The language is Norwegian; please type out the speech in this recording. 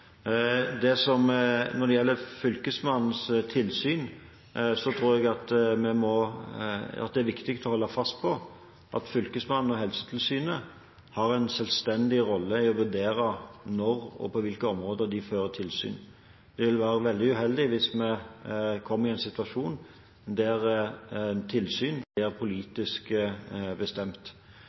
Når det gjelder Fylkesmannens tilsyn, tror jeg at det er viktig å holde fast på at Fylkesmannen og Helsetilsynet har en selvstendig rolle i å vurdere når og på hvilke områder de fører tilsyn. Det ville være veldig uheldig hvis vi kommer i en situasjon der tilsyn blir politisk bestemt,